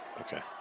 Okay